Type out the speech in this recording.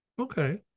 Okay